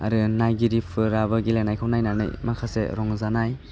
आरो नायगिरिफोराबो गेलेनायखौ नायनानै माखासे रंजानाय